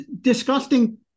disgusting